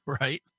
Right